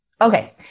Okay